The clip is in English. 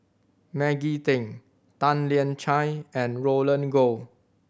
Maggie Teng Tan Lian Chye and Roland Goh